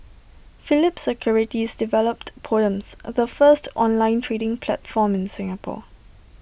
Phillip securities developed poems the first online trading platform in Singapore